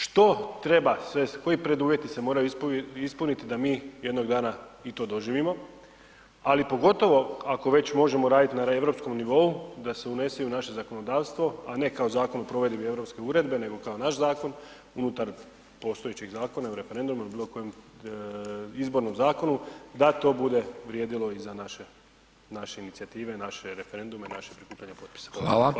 Što treba sve, koji preduvjeti se moraju ispuniti da mi jednog dana i to doživimo ali pogotovo ako već možemo raditi na europskom nivou, da se unese i u naše zakonodavstvo a ne kao zakon o provedbi europske uredbe nego kao naš zakon unutar postojećeg Zakona o referendumu ili bilokojem izbornom zakonu, da to bude vrijedilo i za naše inicijative i naše referendume i naše prikupljanje potpisa?